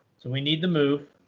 so we need to move.